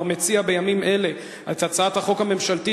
כבר מציע בימים אלה את הצעת החוק הממשלתית